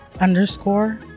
underscore